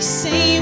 say